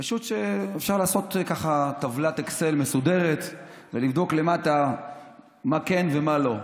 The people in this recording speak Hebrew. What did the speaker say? פשוט אפשר לעשות טבלת אקסל מסודרת ולבדוק למטה מה כן ומה לא.